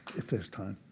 if there's time.